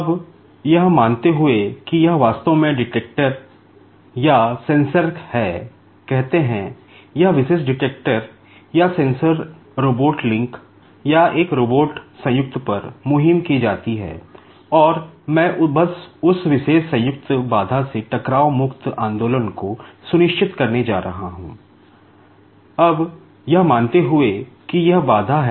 अब यह मानते हुए कि यह बाधा है